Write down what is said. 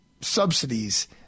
subsidies